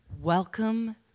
welcome